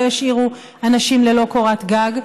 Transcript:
לא ישאירו אנשים ללא קורת גג.